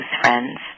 friends